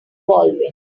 baldwin